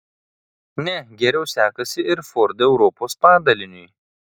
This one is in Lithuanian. ne geriau sekasi ir ford europos padaliniui